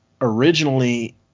Originally